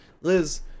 Liz